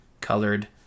colored